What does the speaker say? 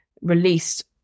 released